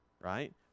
right